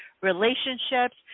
relationships